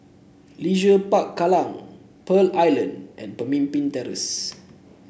Leisure Park Kallang Pearl Island and Pemimpin Terrace